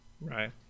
right